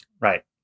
Right